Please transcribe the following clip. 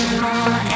more